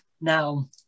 now